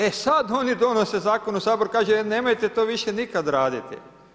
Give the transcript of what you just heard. E sad oni donose zakon, a sabor kaže e nemojte to više nikad raditi.